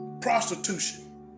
prostitution